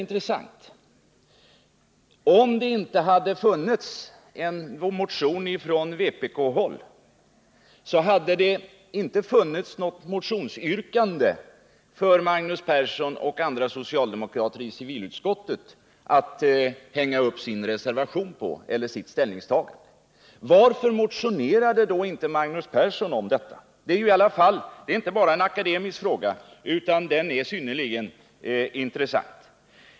Men om det inte hade förelegat en motion från vpk-håll hade det inte funnits något motionsyrkande för Magnus Persson och andra socialdemokrater i civilutskottet att hänga upp sitt ställningstagande i reservationen på. Min fråga — och den är faktiskt väldigt intressant — gällde då: Varför motionerade inte Magnus Persson om detta? Det är inte bara en akademisk fråga. utan frågan är som sagt synnerligen intressant.